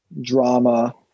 drama